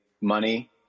money